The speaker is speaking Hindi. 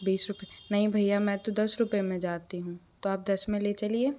बीस रुपए नहीं भैया मैं तो दस रुपए में जाती हूँ तो आप दस में ले चलिए